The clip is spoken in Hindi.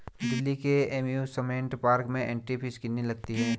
दिल्ली के एमयूसमेंट पार्क में एंट्री फीस कितनी लगती है?